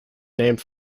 named